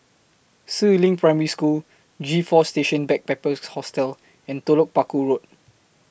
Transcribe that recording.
Si Ling Primary School G four Station Backpackers Hostel and Telok Paku Road